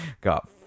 got